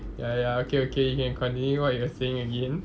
ya ya okay okay you can continue what you were saying again